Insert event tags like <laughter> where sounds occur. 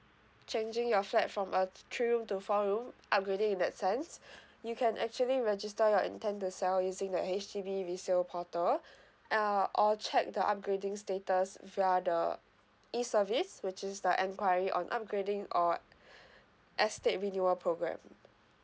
changing your flat from a three room to four room upgrading in that sense <breath> you can actually register your intend to sell using the H_D_B resale portal uh or check the upgrading status via the e service which is the enquiry on upgrading or estate renewal program